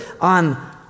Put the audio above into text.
on